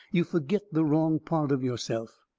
you fergit the wrong part of yourself.